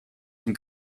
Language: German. dem